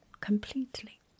completely